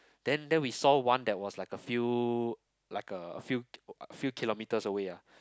then then we saw one that was like a few like a few few kilometers away ah